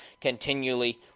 continually